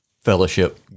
fellowship